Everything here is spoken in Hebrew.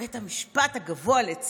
בית המשפט הגבוה לצדק,